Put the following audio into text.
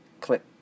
click